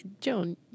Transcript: Joan